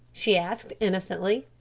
she asked innocently.